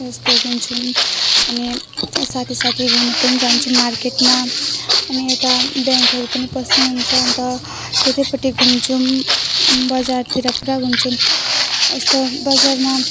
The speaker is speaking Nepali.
यस्तो किन्छौँ अनि साथी साथी घुम्नु पनि जान्छौँ मार्केटमा अनि यता ब्याङ्कहरू पनि पस्नु हुन्छ अन्त त्यतैपट्टि घुम्छौँ बजारतिर पुरा घुम्छौँ यस्तो बजारमा